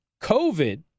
covid